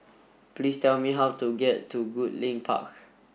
please tell me how to get to Goodlink Park